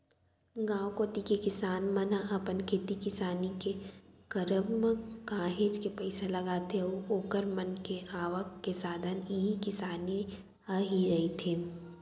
गांव कोती के किसान मन ह अपन खेती किसानी के करब म काहेच के पइसा लगाथे अऊ ओखर मन के आवक के साधन इही किसानी ह ही रहिथे